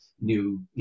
new